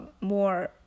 more